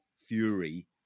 Fury